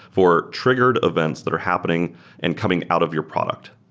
for triggered events that are happening and coming out of your product.